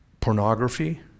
pornography